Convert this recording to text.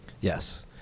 Yes